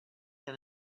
than